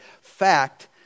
fact